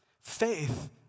Faith